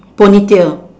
Pony tail